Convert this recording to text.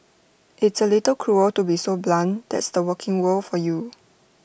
it's A little cruel to be so blunt that's the working world for you